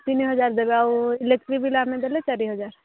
ତିନିହଜାର ଦେବେ ଆଉ ଇଲେକଟ୍ରି ବିଲ୍ ଆମେ ଦେଲେ ଚାରି ହଜାର